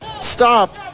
stop